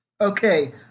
Okay